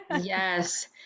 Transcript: Yes